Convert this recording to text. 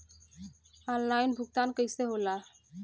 Online भुगतान कईसे होला?